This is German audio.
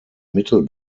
mittel